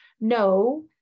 no